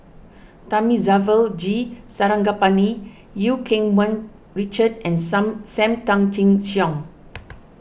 Thamizhavel G Sarangapani Eu Keng Mun Richard and some Sam Tan Chin Siong